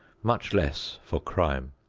much less for crime.